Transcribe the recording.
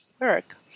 work